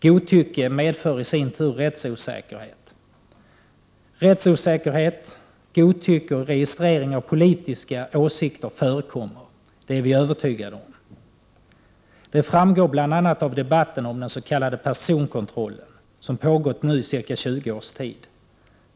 Godtycke medför i sin tur rättsosäkerhet. Rättsosäkerhet, godtycke och registrering av politiska åsikter förekommer —- det är vi övertygade om. Det framgår bl.a. av debatten om den s.k. personalkontrollen, som nu har pågått i ca 20 års tid.